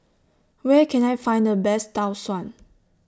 Where Can I Find The Best Tau Suan